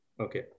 Okay